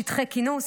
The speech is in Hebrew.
שטחי כינוס.